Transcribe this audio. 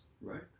right